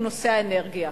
והוא נושא האנרגיה.